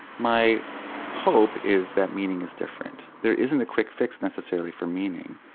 my hope is that meaning is different. there isn't a quick fix necessarily for meaning,